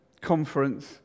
conference